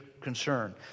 concern